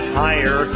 higher